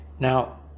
Now